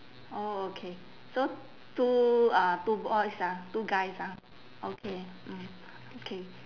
orh okay so two uh two boys ah two guys ah okay mm okay